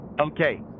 okay